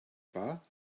pas